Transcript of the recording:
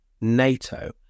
NATO